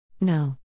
No